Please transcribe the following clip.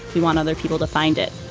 we want other people to find it.